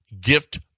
gift